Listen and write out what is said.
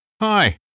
Hi